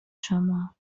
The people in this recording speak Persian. شما